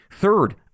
Third